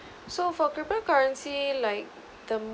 so for crypto currency like the